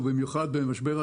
ובמיוחד במשבר הדיור,